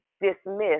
dismissed